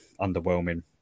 underwhelming